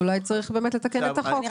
אז אולי באמת צריך לתקן את החוק?